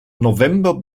november